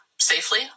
safely